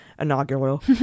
inaugural